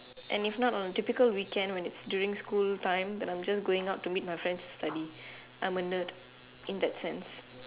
and if not on typical weekend when it's during school time then I'm just going out to meet my friends study I'm a nerd in that sense